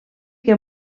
que